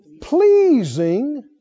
Pleasing